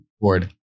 board